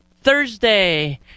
Thursday